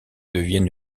devient